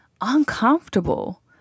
uncomfortable